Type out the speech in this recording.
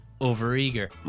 over-eager